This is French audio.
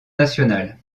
national